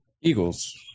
Eagles